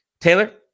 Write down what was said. taylor